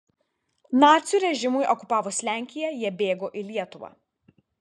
nacių režimui okupavus lenkiją jie bėgo į lietuvą